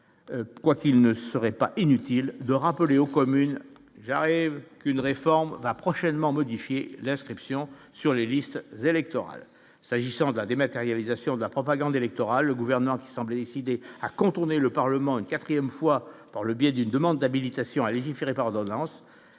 quoi qu'il ne serait pas inutile de rappeler aux communes arrive une réforme va prochainement modifier l'inscription sur les listes électorales, s'agissant de la dématérialisation de la propagande électorale gouvernants qui semblent décidés à contourner le Parlement, une 4ème fois par le biais d'une demande d'habilitation à légiférer par ordonnances